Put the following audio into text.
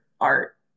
art